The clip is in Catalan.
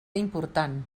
important